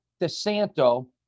DeSanto